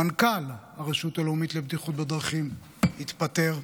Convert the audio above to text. מנכ"ל הרשות הלאומית לבטיחות בדרכים התפטר,